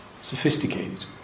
sophisticated